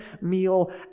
meal